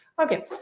Okay